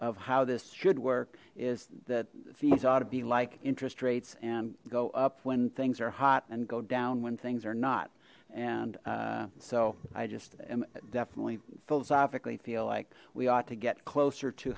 of how this should work is that these ought to be like interest rates and go up when things are hot and go down when things are not and so i just definitely philosophically feel like we ought to get closer to